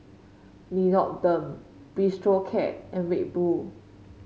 Nixoderm Bistro Cat and Red Bull